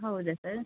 ಹೌದಾ ಸರ್